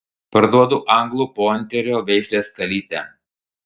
parduodu anglų pointerio veislės kalytę